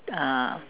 uh